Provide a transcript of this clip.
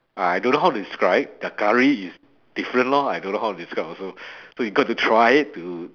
uh I don't know how to describe their curry is different lor I don't know how to describe also so you got to try it to